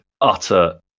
utter